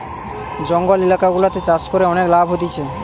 জঙ্গল এলাকা গুলাতে চাষ করে অনেক লাভ হতিছে